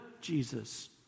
Jesus